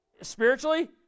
spiritually